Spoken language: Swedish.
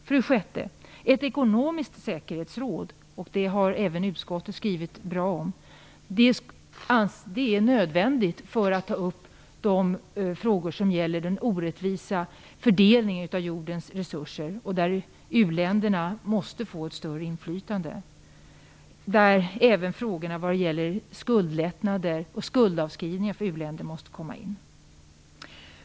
För det sjätte anser vi, och det har även utskottet skrivit bra om, att ett ekonomiskt säkerhetsråd är nödvändigt för att ta upp de frågor som handlar om den orättvisa fördelningen av jordens resurser. U länderna måste få ett större inflytande i detta avseende. Även frågorna som gäller skuldlättnader och skuldavskrivningar för u-länder måste komma in i det sammanhanget.